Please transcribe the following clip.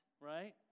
right